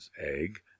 egg